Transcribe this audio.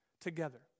together